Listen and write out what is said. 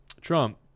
Trump